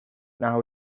now